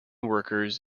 workers